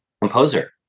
Composer